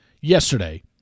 yesterday